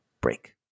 break